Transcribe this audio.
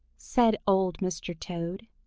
said old mr. toad.